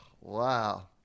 wow